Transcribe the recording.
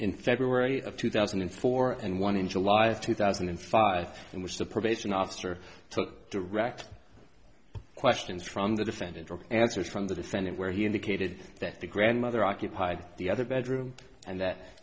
in february of two thousand and four and one in july of two thousand and five in which the probation officer took direct questions from the defendant or answers from the defendant where he indicated that the grandmother occupied the other bedroom and that